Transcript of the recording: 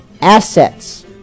assets